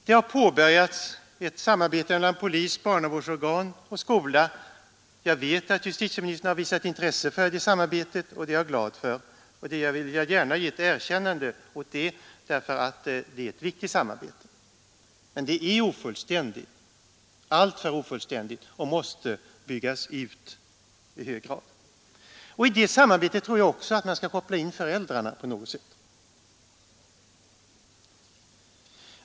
Det har påbörjats ett samarbete mellan polis, barnavårdsorgan och skola. Jag vet att justitieministern har visat intresse för det samarbetet, och det är jag glad över. Jag vill gärna ge honom ett erkännande för det, eftersom det är ett viktigt samarbete. Men det är alltför ofullständigt och måste byggas ut i hög grad. I det samarbetet tror jag att man också skall koppla in föräldrarna på något sätt.